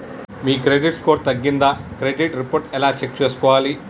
మీ credit score తగ్గిందా credit report ఎలా check చేసుకోవాలి?